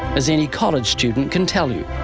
as any college student can tell you.